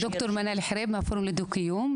ד"ר מנאל חריב מהפורום לדו קיום,